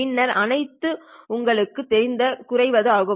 பின்னர் அனைத்தும் உங்களுக்குத் தெரிந்த குறைவது ஆகும்